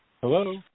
Hello